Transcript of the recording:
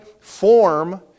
form